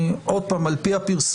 עוד פעם על פי הפרסומים,